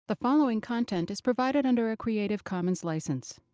the following content is provided under a creative commons license.